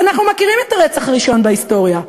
אנחנו מכירים את הרצח הראשון בהיסטוריה.